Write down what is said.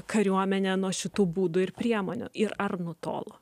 kariuomenė nuo šitų būdų ir priemonių ir ar nutolo